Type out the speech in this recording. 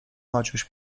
maciuś